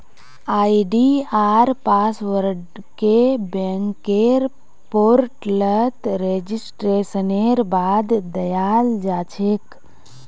आई.डी.आर पासवर्डके बैंकेर पोर्टलत रेजिस्ट्रेशनेर बाद दयाल जा छेक